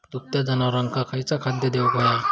दुभत्या जनावरांका खयचा खाद्य देऊक व्हया?